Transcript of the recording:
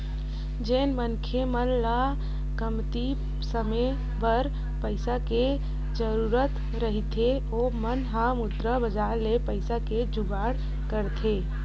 जेन मनखे मन ल कमती समे बर पइसा के जरुरत रहिथे ओ मन ह मुद्रा बजार ले पइसा के जुगाड़ करथे